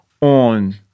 on